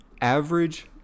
average